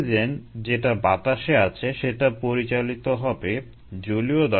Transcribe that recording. তাই বায়োরিয়েক্টরের সর্বোত্তম ফলাফল পেতে বায়োরিয়েক্টরে pH ভালোভাবে পরিমাপ এবং নিয়ন্ত্রণ করা জরুরি